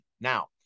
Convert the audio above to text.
Now